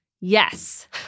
Yes